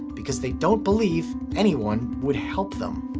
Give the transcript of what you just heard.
because they don't believe anyone would help them.